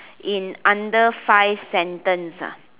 in under five sentence ah